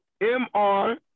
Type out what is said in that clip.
M-R